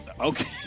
Okay